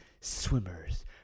swimmers